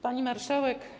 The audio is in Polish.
Pani Marszałek!